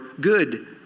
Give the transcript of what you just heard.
good